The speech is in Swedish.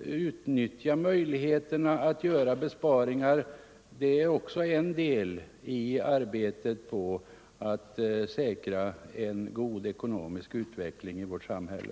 utnyttja — mynt möjligheterna att göra besparingar. Det är också en del i arbetet på att säkra en god ekonomisk utveckling i vårt samhälle.